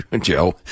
Joe